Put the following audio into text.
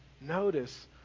notice